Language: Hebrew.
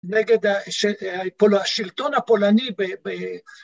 נגד השלטון הפולני